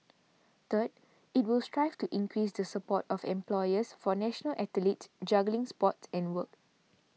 third it will strive to increase the support of employers for national athletes juggling sports and work